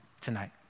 tonight